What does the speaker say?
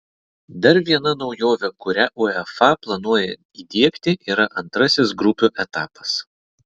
dar viena naujovė kurią uefa planuoja įdiegti yra antrasis grupių etapas